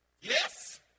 Yes